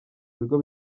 bigo